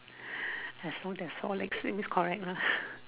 there's more than four legs that means correct lah